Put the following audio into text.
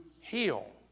heal